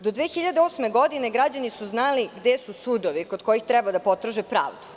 Do 2008. godine građani su znali gde su sudovi kod kojih treba da potraže pravdu.